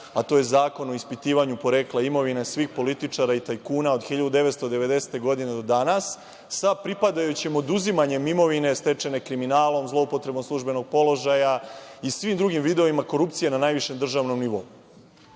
a to je Zakon o ispitivanju porekla imovine svih političara i tajkuna od 1990. godine do danas, sa pripadajućim oduzimanjem imovine stečene kriminalom, zloupotrebom službenog položaja i svi drugim vidovima korupcije na najvišem državnom nivou. Ne